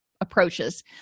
approaches